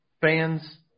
Fans